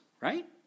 Right